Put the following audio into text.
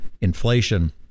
Inflation